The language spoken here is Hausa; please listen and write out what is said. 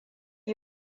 yi